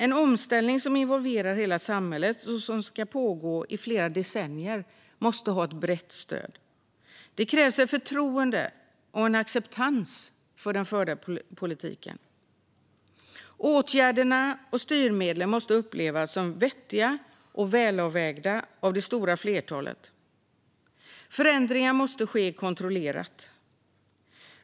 En omställning som involverar hela samhället och som ska pågå i flera decennier måste ha ett brett stöd. Det krävs ett förtroende och en acceptans för den förda politiken. Åtgärderna och styrmedlen måste upplevas som vettiga och välavvägda av det stora flertalet. Förändringar måste ske kontrollerat.